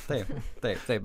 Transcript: taip taip taip